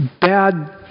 bad